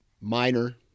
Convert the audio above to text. minor